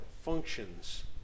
functions